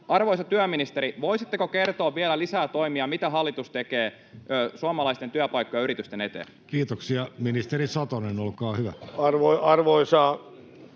Arvoisa työministeri, voisitteko kertoa vielä lisää toimia, mitä hallitus tekee suomalaisten työpaikkojen ja yritysten eteen? Kiitoksia. — Ministeri Satonen, olkaa hyvä. Arvoisa